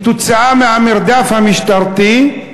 כתוצאה מהמרדף המשטרתי,